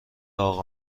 اقا